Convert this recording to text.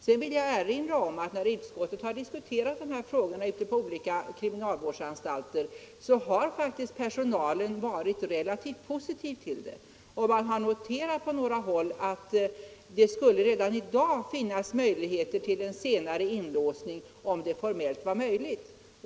Sedan vill jag erinra om att när utskottet diskuterat de här frågorna ute på olika kriminalvårdsanstalter så har faktiskt personalen varit relativt positiv och man har noterat på några håll att det redan i dag skulle finnas möjligheter till en senare inlåsning om det formellt var möjligt.